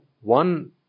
one